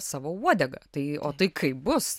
savo uodegą tai o tai kaip bus